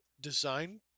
design